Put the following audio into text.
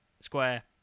square